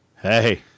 hey